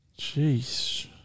Jeez